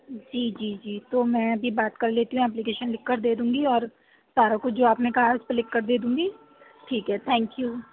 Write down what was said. جی جی جی تو میں بھی بات کر لیتی ہوں اپلیکیشن لکھ کر دے دوں گی اور سارا کچھ جو آپ نے کہا ہے اِس پر لکھ کر دے دوں گی ٹھیک ہے تھینک یو